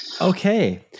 Okay